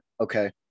Okay